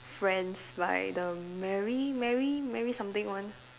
friends by the mary mary mary something one